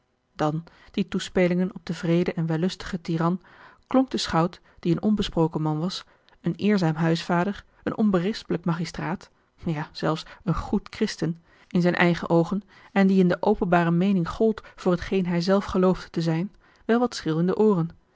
dan die toespeling op den wreeden en wellustigen tiran klonk den schout die een onbesproken man was een eerzaam huisvader een onberispelijk magistraat ja zelfs een goed christen in zijne eigene oogen en die in de openbare meening gold voor t geen hij zelf geloofde te zijn wel wat schril in de ooren